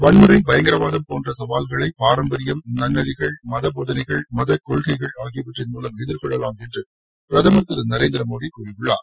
வன்முறை பயங்கரவாதம் போன்ற சவால்களை பாரம்பரியம் நன்னெறிகள் மதபோதனைகள் மதக் கொள்கைகள் ஆகியவற்றின் மூலம் எதிர்கொள்ளலாம் என்று பிரதமர் திரு நரேந்திரமோடி கூறியுள்ளார்